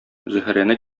зөһрәне